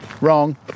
Wrong